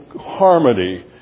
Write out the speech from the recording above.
harmony